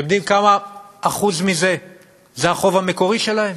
אתם יודעים כמה אחוז מזה זה החוב המקורי שלהם?